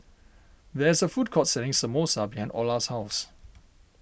there is a food court selling Samosa behind Orla's house